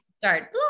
start